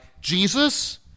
Jesus